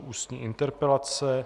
Ústní interpelace